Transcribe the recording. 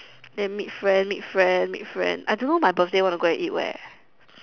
then meet friend meet friend meet friend I don't know my birthday want to go and eat where